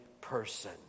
person